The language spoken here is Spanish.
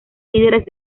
líderes